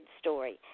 story